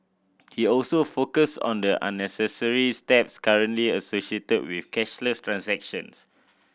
he also focused on the unnecessary steps currently associated with cashless transactions